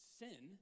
sin